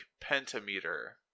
pentameter